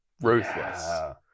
ruthless